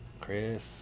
Chris